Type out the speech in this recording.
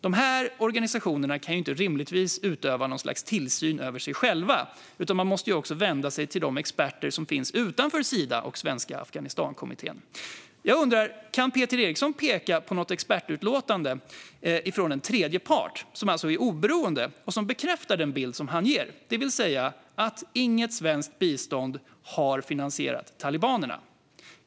Dessa organisationer kan ju rimligtvis inte utöva något slags tillsyn över sig själva, utan man måste vända sig till de experter som finns utanför Sida och Svenska Afghanistankommittén. Jag undrar: Kan Peter Eriksson peka på något expertutlåtande från en tredje part, som alltså är oberoende, som bekräftar den bild han ger, det vill säga att inget svenskt bistånd har finansierat talibanerna?